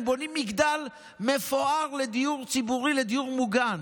הם בונים מגדל מפואר לדיור ציבורי, לדיור מוגן.